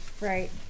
Right